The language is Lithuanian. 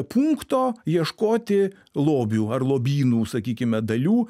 punkto ieškoti lobių ar lobynų sakykime dalių